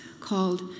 called